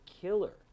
killer